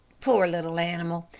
poor little animal!